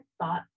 thought